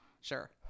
sure